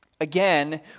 Again